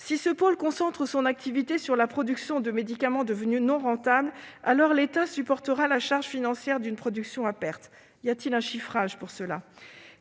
Si ce pôle concentre son activité sur la production de médicaments devenus non rentables, alors l'État supportera la charge financière d'une production à perte. Y a-t-il un chiffrage à cet